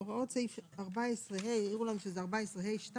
הוראות סעיף 14(ה) העירו לנו שזה צריך להיות 14(ה2)